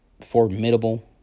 formidable